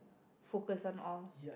focus on all